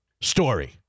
story –